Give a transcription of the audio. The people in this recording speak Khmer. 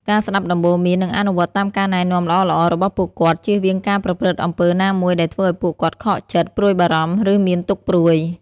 ការស្ដាប់ដំបូន្មាន និងអនុវត្តតាមការណែនាំល្អៗរបស់ពួកគាត់ ជៀសវាងការប្រព្រឹត្តអំពើណាមួយដែលធ្វើឲ្យពួកគាត់ខកចិត្ត ព្រួយបារម្ភ ឬមានទុក្ខព្រួយ។